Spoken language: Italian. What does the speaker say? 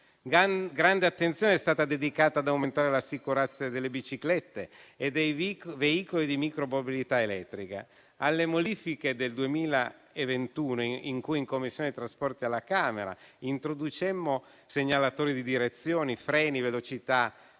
Grande attenzione è stata dedicata ad aumentare la sicurezza delle biciclette e dei veicoli di micromobilità elettrica. Alle modifiche che introducemmo nel 2021 in Commissione trasporti alla Camera (segnalatori di direzione, freni, velocità